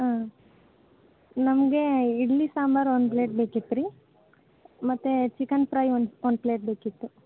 ಹಾಂ ನಮ್ಗೆ ಇಡ್ಲಿ ಸಾಂಬಾರು ಒಂದು ಪ್ಲೇಟ್ ಬೇಕಿತ್ತು ರೀ ಮತ್ತು ಚಿಕನ್ ಫ್ರೈ ಒನ್ ಒಂದು ಪ್ಲೇಟ್ ಬೇಕಿತ್ತು